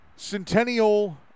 Centennial